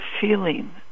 feeling